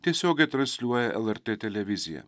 tiesiogiai transliuoja lrt televizija